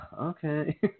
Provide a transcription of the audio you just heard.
okay